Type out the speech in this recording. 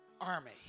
army